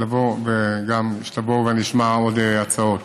תבוא ונשמע עוד הצעות.